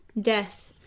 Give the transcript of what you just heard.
death